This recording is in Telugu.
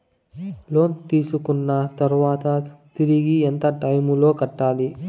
లోను తీసుకున్న తర్వాత తిరిగి ఎంత టైములో కట్టాలి